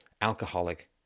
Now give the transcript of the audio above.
alcoholic